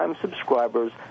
subscribers